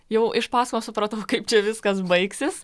jau iš pasakojimo supratau kaip čia viskas baigsis